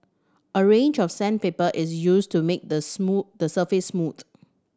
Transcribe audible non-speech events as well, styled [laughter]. a range of sandpaper is used to make the [unintelligible] the surface smooth